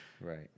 Right